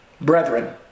brethren